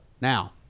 Now